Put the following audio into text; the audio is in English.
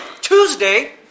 Tuesday